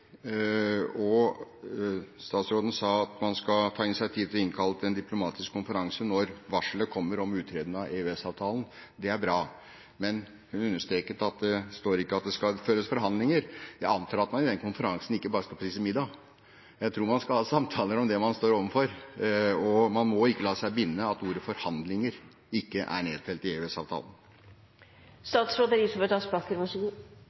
og statsråden sa at man skal ta initiativ til å innkalle til en diplomatisk konferanse når varselet kommer om uttreden av EØS-avtalen. Det er bra. Men hun understreket at det står ikke at det skal føres forhandlinger. Jeg antar at man i den konferansen ikke bare skal spise middag. Jeg tror man skal ha samtaler om det man står overfor, og man må ikke la seg binde av at ordet «forhandlinger» ikke er nedfelt i